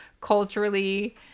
culturally